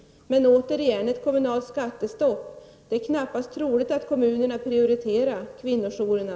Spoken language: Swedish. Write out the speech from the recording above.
Med hotet om ett kommunalt skattestopp över sig är det dock knappast troligt att kommunerna prioriterar kvinnojourerna.